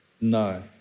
No